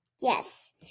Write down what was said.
Yes